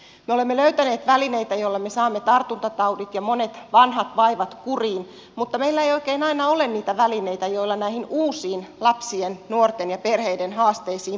me olemme löytäneet välineitä joilla me saamme tartuntataudit ja monet vanhat vaivat kuriin mutta meillä ei oikein aina ole niitä välineitä joilla näihin uusiin lapsien nuorten ja perheiden haasteisiin puututtaisiin